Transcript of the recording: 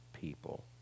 people